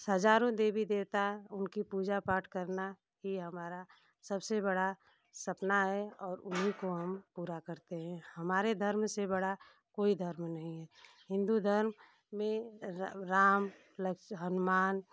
हज़ारों देवी देवता और उनकी पूजा पाठ करना ही हमारा सबसे बड़ा सपना है और उन्हीं को हम पूरा करते हैं हमारे धर्म से बड़ा कोई धर्म नहीं है हिंदू धर्म में राम लक्ष हनुमान